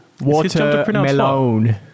Watermelon